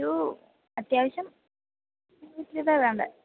ഒരൂ അത്യാവശ്യം വലിയതാണ് വേണ്ടത്